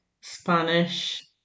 Spanish